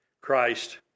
Christ